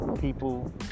people